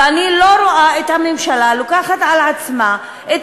ואני לא רואה את הממשלה לוקחת על עצמה את